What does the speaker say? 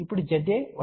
ఇప్పుడుZa 120